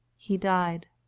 he died.